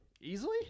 easily